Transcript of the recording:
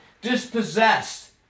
dispossessed